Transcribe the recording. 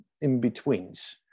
in-betweens